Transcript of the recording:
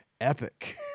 epic